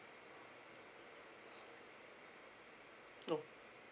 no